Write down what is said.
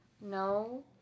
no